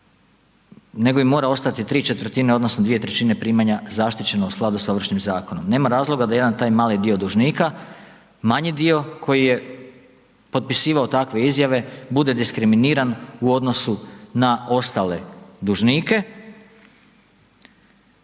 nego im mora ostati ¾ odnosno 2/3 primanja zaštićeno u skladu s Ovršnim zakonom. Nema razloga da jedan taj mali dio dužnika, manji dio koji je potpisivao takve izjave, bude diskriminiran u odnosu na ostale dužnike,